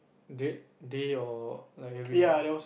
date day or like everyday